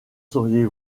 sauriez